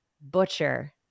butcher